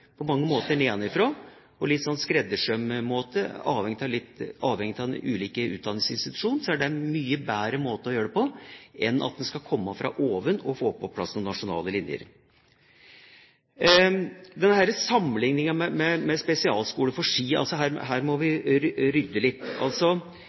På mange måter nedenfra, på en slags skreddersømmåte, avhengig av den enkelte utdanningsinstitusjonen, er det en mye bedre måte å gjøre det på enn at det å få på plass noen nasjonale linjer skal komme fra oven. Denne sammenligningen med spesialskoler for ski – her må